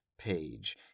Page